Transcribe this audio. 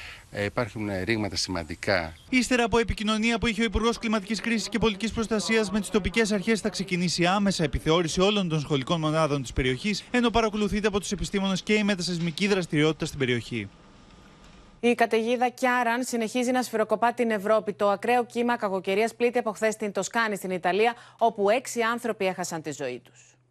Ε, υπάρχουν, ε, ρήγματα σημαντικά. Ύστερα από επικοινωνία που είχε ο Υπουργός Κλιματικής Κρίσης και Πολιτικής Προστασίας με τις τοπικές αρχές, θα ξεκινήσει άμεσα επιθεώρηση όλων των σχολικών μονάδων της περιοχής, ενώ παρακολουθείται από τους επιστήμονες και η μετασεισμική δραστηριότητα στην περιοχή. Η καταιγίδα Κιάραν συνεχίζει να σφυροκοπά την Ευρώπη. Το ακραίο κύμα κακοκαιρίας πλήττει από χθες την Τοσκάνη, στην Ιταλία, όπου έξι άνθρωποι έχασαν τη ζωή τους.